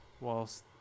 whilst